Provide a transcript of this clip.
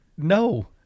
no